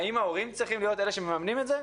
האם ההורים צריכים להיות אלה שמממנים את זה?